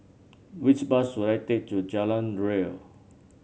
which bus should I take to Jalan Ria